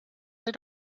they